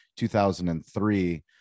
2003